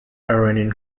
iranian